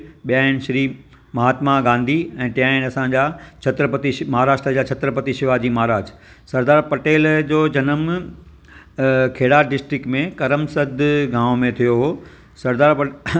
फ़ाइदा इह आहिनि की मोबाइल मां माण्हूं अॾु घणेई पैसा ठाहे सघंदा आहिनि उन्हनि खे गेमुनि जे रस्ते पैसा ठाहे सघंदा आहिनि इंस्टाग्राम ते रील्स विझी करे माण्हू घणेई पैसा ठाहे सघंदा आहिनि व्लोग ठाहे करे